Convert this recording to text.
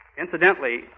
Incidentally